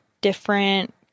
different